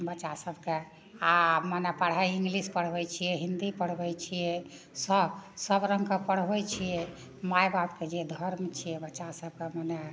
बच्चा सबके आ मने पढ़ाइ इंग्लिश पढ़बै छियै हिन्दी पढ़बै छियै हँ सब रङ्गके पढ़बै छियै माय बापके जे धर्म छियै बच्चा सबके मने